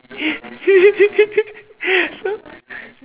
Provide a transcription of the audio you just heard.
so